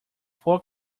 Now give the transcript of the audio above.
four